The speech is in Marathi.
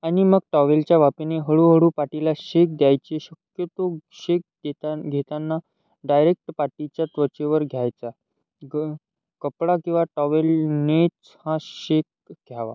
आणि मग टॉवेलच्या वाफेने हळूहळू पाठीला शेक द्यायचे शक्यतो शेक देता घेताना डायरेक्ट पाठीच्या त्वचेवर घ्यायचा इकडून कपडा किंवा टॉवेलनेच हा शेक घ्यावा